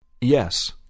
Yes